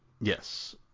Yes